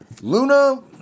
Luna